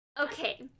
okay